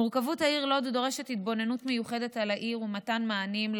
מורכבות העיר לוד דורשת התבוננות מיוחדת על העיר ומתן מענים,